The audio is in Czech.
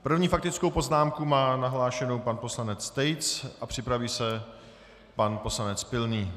První faktickou poznámku má nahlášenu pan poslanec Tejc a připraví se pan poslanec Pilný.